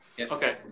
Okay